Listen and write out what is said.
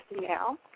now